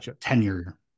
tenure